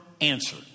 answer